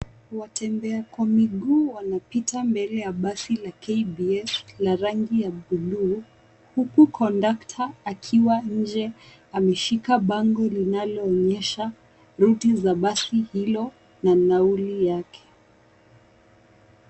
Watembea kwa miguu wanapita mbele ya basi la KBS la rangi ya buluu huku kondakta akiwa nje ameshika bango linaloonyesha ruti za basi hilo na nauli yake.